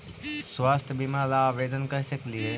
स्वास्थ्य बीमा ला आवेदन कर सकली हे?